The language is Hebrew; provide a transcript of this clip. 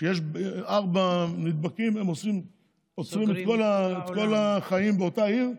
שכשיש ארבעה נדבקים הם עוצרים את כל החיים באותה עיר,